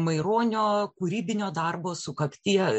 maironio kūrybinio darbo sukakties